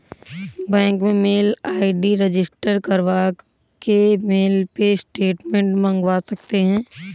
bank में mail ID register करवा के मेल पे स्टेटमेंट मंगवा सकते है